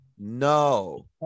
No